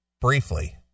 briefly